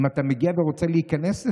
אם אתה כבר מגיע ורוצה להיכנס לשם.